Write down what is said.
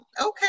okay